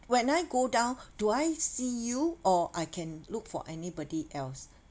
when I go down do I see you or I can look for anybody else